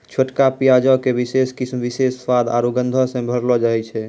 छोटका प्याजो के विशेष किस्म विशेष स्वाद आरु गंधो से भरलो रहै छै